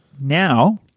now